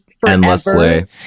forever